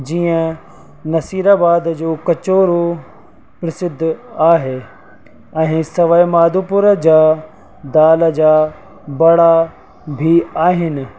जीअं नसीराबाद जो कचौड़ो प्रसिद्ध आहे ऐं सवाइ माधवपुर जा दाल जा बड़ा बि आहिनि